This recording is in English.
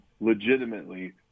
legitimately